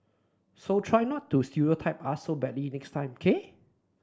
so try not to stereotype us so badly next time k